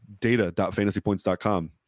data.fantasypoints.com